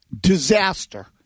disaster